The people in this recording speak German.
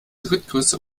drittgrößte